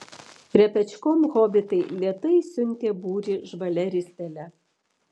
repečkom hobitai lėtai siuntė būrį žvalia ristele